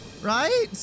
right